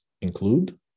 include